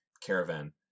caravan